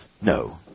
No